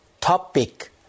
topic